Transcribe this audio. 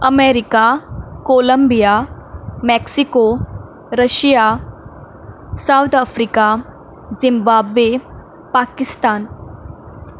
America Colombia Mexico Russia South Africa Zimbabwe Pakistan